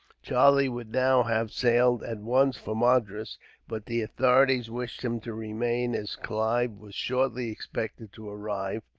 charlie would now have sailed, at once, for madras but the authorities wished him to remain, as clive was shortly expected to arrive,